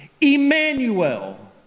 Emmanuel